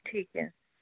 ਠੀਕ ਹੈ